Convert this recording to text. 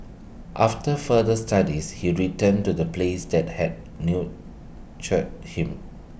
after further studies he returned to the place that had nurtured him